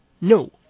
no